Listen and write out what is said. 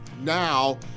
now